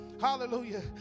Hallelujah